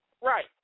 Right